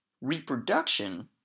reproduction